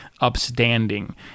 upstanding